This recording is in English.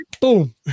boom